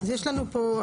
אז יש לנו פה,